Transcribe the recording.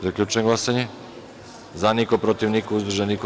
Zaključujem glasanje: za – niko, protiv – niko, uzdržanih – nema.